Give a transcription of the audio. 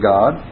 God